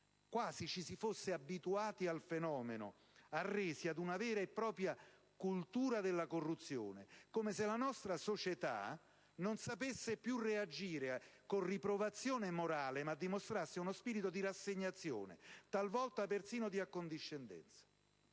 quasi ci si fosse abituati al fenomeno, arresi ad una vera e propria cultura della corruzione; è come se la nostra società non sapesse più reagire con riprovazione morale ma dimostrasse uno spirito di rassegnazione, talvolta persino di accondiscendenza.